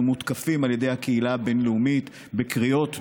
מותקפים על ידי הקהילה הבין-לאומית בקריאות דוגמת: